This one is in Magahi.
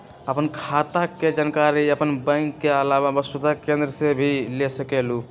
आपन खाता के जानकारी आपन बैंक के आलावा वसुधा केन्द्र से भी ले सकेलु?